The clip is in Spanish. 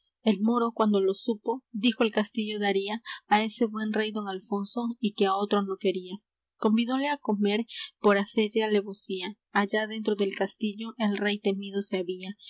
el moro cuando lo supo dijo el castillo daría á ese buen rey don alfonso y que á otro no quería convidóle á comer por hacelle alevosía allá dentro del castillo el rey temido se había el